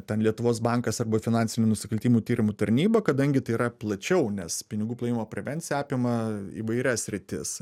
ten lietuvos bankas arba finansinių nusikaltimų tyrimų tarnyba kadangi tai yra plačiau nes pinigų plovimo prevencija apima įvairias sritis